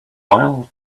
while